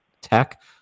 tech